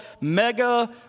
Mega